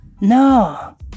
No